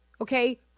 okay